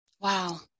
wow